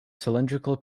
cylindrical